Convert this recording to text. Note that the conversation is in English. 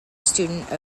student